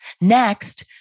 Next